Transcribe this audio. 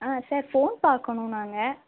ஆ sir phone பார்க்கணும் நாங்கள்